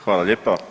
Hvala lijepa.